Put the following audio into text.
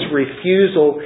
refusal